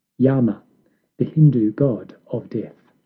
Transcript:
yama the hindoo god of death.